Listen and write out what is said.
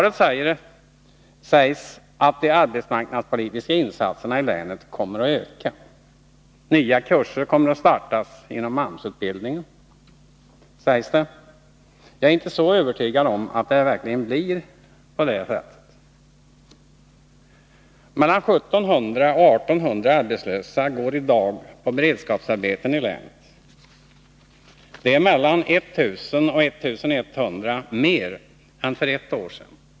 I svaret sägs att de arbetsmarknadspolitiska insatserna i länet kommer att öka. Nya kurser kommer att starta inom AMS-utbildningen, sägs det. Jag är inte så övertygad om att det verkligen blir så. Mellan 1700 och 1800 arbetslösa går i dag på beredskapsarbeten i länet. Det är mellan 1 000 och 1100 mer än för ett år sedan.